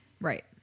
right